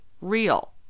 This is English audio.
real